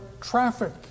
traffic